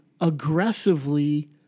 aggressively